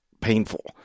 painful